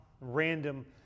random